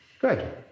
Good